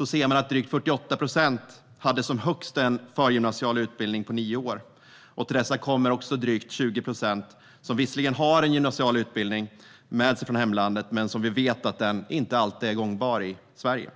visar att drygt 48 procent hade som högst en förgymnasial utbildning på nio år. Till dessa kommer drygt 20 procent som visserligen har en gymnasial utbildning med sig från hemlandet men som vi vet inte alltid är gångbar i Sverige.